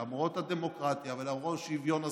למרות הדמוקרטיה ולמרות שוויון הזכויות,